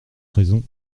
raison